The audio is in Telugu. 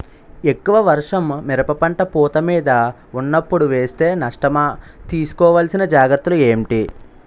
ఎక్కువ వర్షం మిరప పంట పూత మీద వున్నపుడు వేస్తే నష్టమా? తీస్కో వలసిన జాగ్రత్తలు ఏంటి?